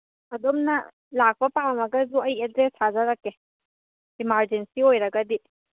ꯑꯗꯣꯝꯅ ꯂꯥꯛꯄ ꯄꯥꯝꯃꯒꯁꯨ ꯑꯩꯒꯤ ꯑꯦꯗ꯭ꯔꯦꯁ ꯊꯥꯖꯔꯛꯀꯦ ꯏꯃꯥꯔꯖꯦꯟꯁꯤ ꯑꯣꯏꯔꯒꯗꯤ